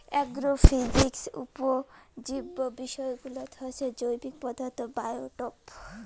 agrophysics উপজীব্য বিষয়গুলাত হসে জৈবিক পদার্থ, বায়োটোপ